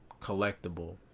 collectible